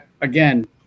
again